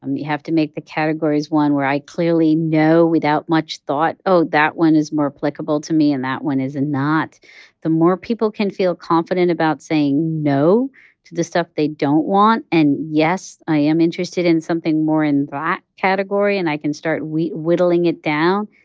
you have to make the categories, one, where i clearly know without much thought, oh, that one is more applicable to me, and that one is not the more people can feel confident about saying no to the stuff they don't want and, yes, i am interested in something more in that category, and i can start whittling it down,